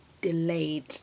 delayed